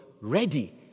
ready